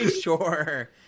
sure